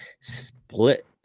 Split